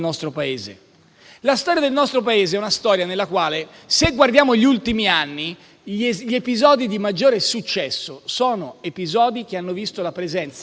La storia del nostro Paese è una storia nella quale, se guardiamo gli ultimi anni, gli episodi di maggiore successo sono quelli che hanno visto la presenza, come